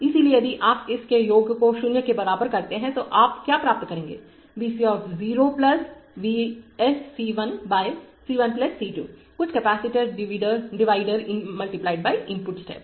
इसलिए यदि आप इस के योग को 0 के बराबर करते हैं तो आप क्या प्राप्त करेंगे V c of 0 V s C 1 by C 1 C 2 कुछ कैपेसिटी डिवीडर× इनपुट स्टेप